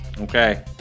Okay